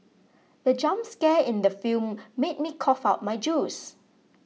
the jump scare in the film made me cough out my juice